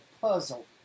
puzzle